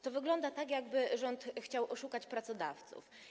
To wygląda tak, jakby rząd chciał oszukać pracodawców.